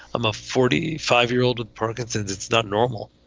i'm a forty five year old with parkinson's. it's not normal